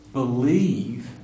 believe